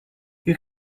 you